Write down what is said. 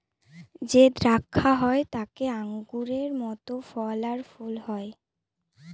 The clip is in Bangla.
যে দ্রাক্ষা হয় তাতে আঙুরের মত ফল আর ফুল হয়